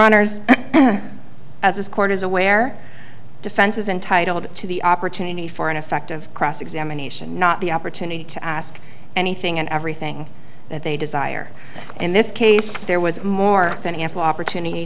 honour's as this court is aware defense is entitled to the opportunity for an effective cross examination not the opportunity to ask anything and everything that they desire in this case there was more than ample opportunity